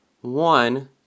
one